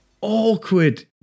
awkward